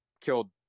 killed